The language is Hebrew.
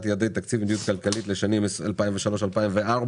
יעדי התקציב והמדיניות הכלכלית לשנות הכספים 2003 ו-2004)